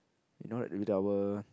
you know the